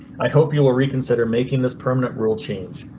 i hope you will reconsider making this permanent rule change.